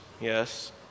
Yes